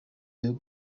bihugu